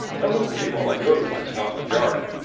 come with me while i notify scotland yard.